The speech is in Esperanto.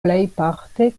plejparte